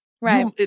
Right